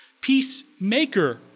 Peacemaker